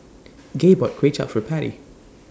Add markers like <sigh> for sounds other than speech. <noise> Gay bought Kuay Chap For Patty